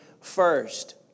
first